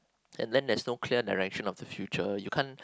and then there's no clear direction of the future you can't